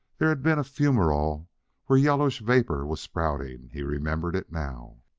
there had been a fumerole where yellowish vapor was spouting he remembered it now.